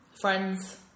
Friends